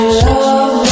love